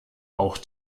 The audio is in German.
auch